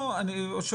אני רוצה